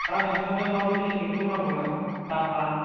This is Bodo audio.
दा नोंथांनो माबायदि साइकेलखौ नांगौमोन दामा